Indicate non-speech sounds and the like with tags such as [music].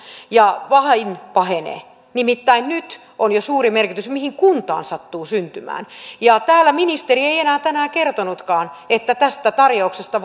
ja vain pahenee nimittäin nyt on jo suuri merkitys sillä mihin kuntaan sattuu syntymään täällä ministeri ei enää tänään kertonutkaan että tästä tarjouksesta [unintelligible]